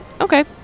okay